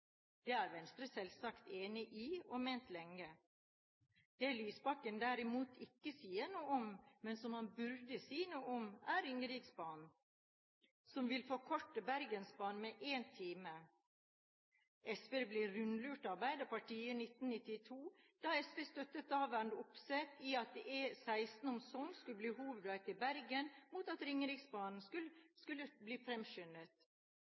Det er Venstre selvsagt enig i og har ment lenge. Det Lysbakken derimot ikke sier noe om, men som han burde si noe om, er Ringeriksbanen som vil forkorte Bergensbanen med én time. SV ble rundlurt av Arbeiderpartiet i 1992 da SV støttet daværende statsråd Opseth i at E16 om Sogn skulle bli hovedvei til Bergen, mot at Ringriksbanen skulle bli